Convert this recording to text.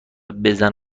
بزن